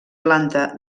planta